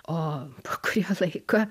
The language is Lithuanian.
o po kurio laiko